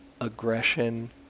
aggression